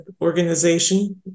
organization